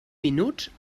minuts